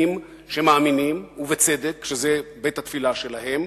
מוסלמים שמאמינים, ובצדק, שזה בית-התפילה שלהם.